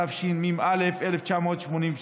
התשמ"א 1981,